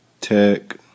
tech